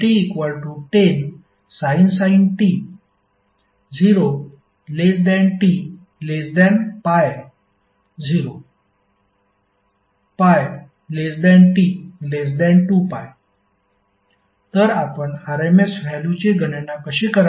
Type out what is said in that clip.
vt10sin t 0tπ 0πt2π तर आपण RMS व्हॅल्युचे गणना कशी कराल